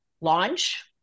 launch